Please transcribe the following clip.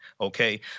okay